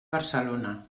barcelona